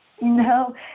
No